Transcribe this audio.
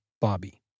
Bobby